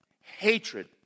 hatred